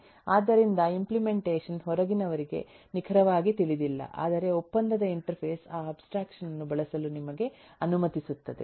ಆದ್ದರಿಂದ ಇಂಪ್ಲೆಮೆಂಟೇಷನ್ ಹೊರಗಿನವರಿಗೆ ನಿಖರವಾಗಿ ತಿಳಿದಿಲ್ಲ ಆದರೆ ಒಪ್ಪಂದದ ಇಂಟರ್ಫೇಸ್ ಆ ಅಬ್ಸ್ಟ್ರಾಕ್ಷನ್ ಅನ್ನು ಬಳಸಲು ನಿಮಗೆ ಅನುಮತಿಸುತ್ತದೆ